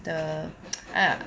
the ah